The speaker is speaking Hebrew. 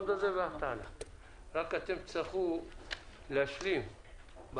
אבל תצטרכו להשלים.